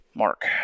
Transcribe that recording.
Mark